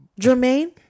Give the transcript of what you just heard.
Jermaine